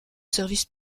services